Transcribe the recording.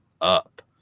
up